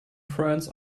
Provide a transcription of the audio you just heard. friends